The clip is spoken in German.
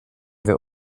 wir